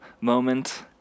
moment